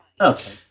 Okay